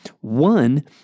One